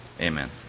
Amen